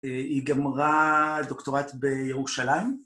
היא גמרה דוקטורט בירושלים